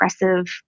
aggressive